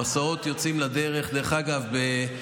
המסעות יוצאים לדרך, דרך אגב,